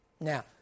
Now